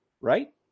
right